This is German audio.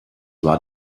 war